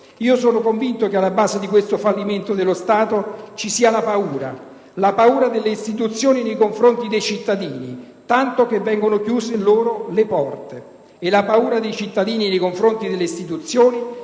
Sono convinto che alla base di questo fallimento dello Stato ci sia la paura: la paura delle istituzioni nei confronti dei cittadini, tanto che vengono chiuse loro le porte, e la paura dei cittadini nei confronti delle istituzioni,